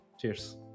Cheers